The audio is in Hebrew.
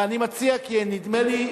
ואני מציע, כי נדמה לי,